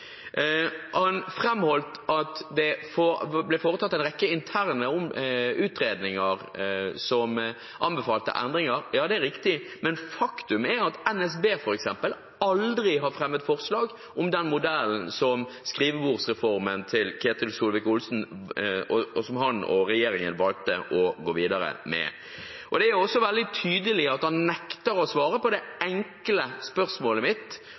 Han framholdt at det ble foretatt en rekke interne utredninger som anbefalte endringer. Ja, det er riktig, men faktum er at NSB f.eks. aldri har fremmet forslag om den skrivebordsreformen til Ketil Solvik-Olsen, som han og regjeringen valgte å gå videre med. Det er også veldig tydelig at han nekter å svare på det enkle spørsmålet mitt